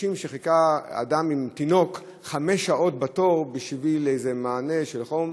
אדם שחיכה עם תינוק חמש שעות בתור בשביל איזה מענה של חום,